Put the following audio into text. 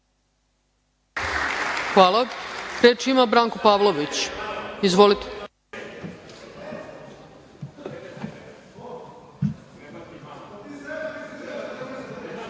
Hvala. Reč ima Branko Pavlović. Izvolite.